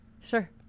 sure